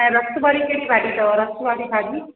ऐं रस वारी कहिड़ी भाॼी अथव रस वारी भाॼी